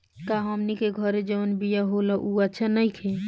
का हमनी के घरे जवन बिया होला उ अच्छा नईखे?